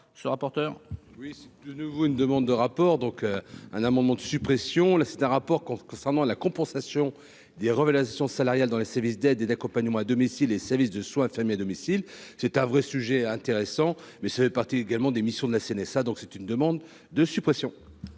83 ce rapporteur. Oui, de nouveau, une demande de rapport donc un amendement de suppression, là c'est un rapport concernant la compensation des révélations salariale dans les services d'aide et d'accompagnement à domicile, les services de soins infirmiers à domicile, c'est un vrai sujet intéressant mais ça fait partie également des missions de la CNSA, donc c'est une demande de suppression.